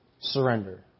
surrender